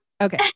Okay